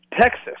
Texas